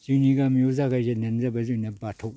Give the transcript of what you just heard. जोंनि गामियाव जागायजेननायानो जाबाय जोंनिया बाथौ